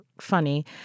funny